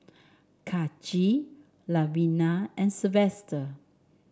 Kaci Lavina and Sylvester